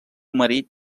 marit